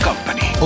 Company